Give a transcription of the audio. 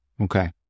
Okay